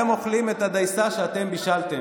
למה להחרים, אתם אוכלים את הדייסה שאתם בישלתם.